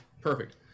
Perfect